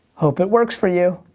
hope it works for you.